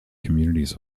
communities